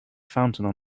fountain